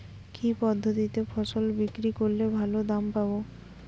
কি পদ্ধতিতে ফসল বিক্রি করলে ভালো দাম পাব?